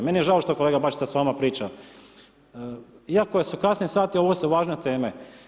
Meni je žao što kolega Bačić sad s vama priča, iako su kasni sati ovo su važne teme.